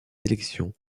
élections